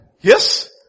Yes